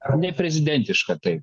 ar neprezidentiška taip